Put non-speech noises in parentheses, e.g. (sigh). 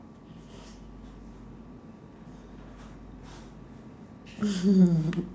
(laughs)